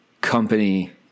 company